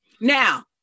now